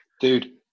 Dude